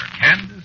Candace